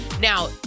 Now